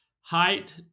height